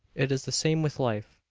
it is the same with life.